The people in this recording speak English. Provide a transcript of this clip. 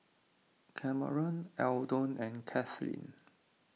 Cameron Eldon and Kaitlynn